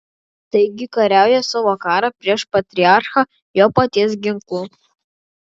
taigi kariauja savo karą prieš patriarchą jo paties ginklu